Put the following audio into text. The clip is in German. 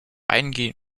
eingehend